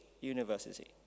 university